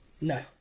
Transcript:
No